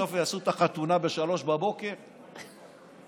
בסוף יעשו את החתונה בבוקר, ב-03:00?